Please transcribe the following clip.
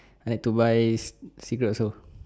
I need to buy cigarette also